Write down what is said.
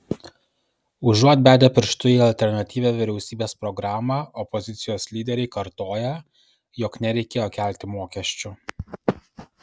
užuot bedę pirštu į alternatyvią vyriausybės programą opozicijos lyderiai kartoja jog nereikėjo kelti mokesčių